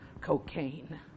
cocaine